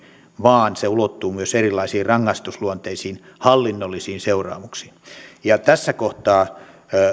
vaan se ulottuu myös erilaisiin rangaistusluonteisiin hallinnollisiin seuraamuksiin tässä kohtaa